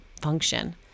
function